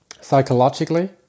psychologically